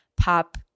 pop